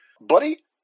buddy